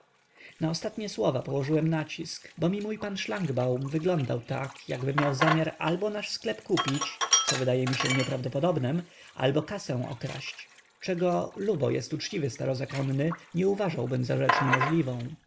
na ostatnie słowa położyłem nacisk bo mi mój pan szlangbaum wyglądał tak jakby miał zamiar albo nasz sklep kupić co wydaje mi się nieprawdopodobnem albo kasę okraść czego lubo jest uczciwy starozakonny nie uważałbym za rzecz niemożliwą